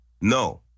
No